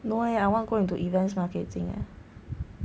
no eh I want to go into events marketing eh